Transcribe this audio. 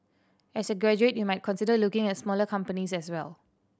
as a graduate you might consider looking at smaller companies as well